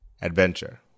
adventure